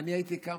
לא שניים.